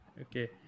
Okay